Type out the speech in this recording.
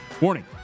Warning